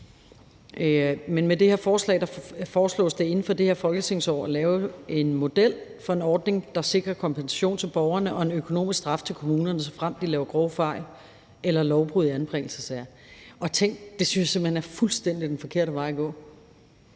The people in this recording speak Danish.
Med det her forslag foreslås det inden for det her folketingsår at lave en model for en ordning, der sikrer kompensation til borgerne og en økonomisk straf til kommunerne, såfremt de laver grove fejl eller lovbrud i anbringelsessager. Og tænk, det synes jeg simpelt hen er fuldstændig den forkerte vej at gå,